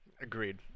Agreed